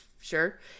sure